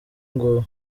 ngubu